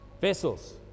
vessels